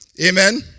Amen